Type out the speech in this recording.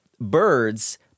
birds